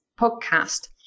podcast